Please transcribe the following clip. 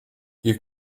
you